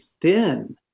thin